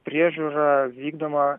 priežiūra vykdoma